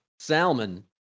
Salmon